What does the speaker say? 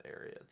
area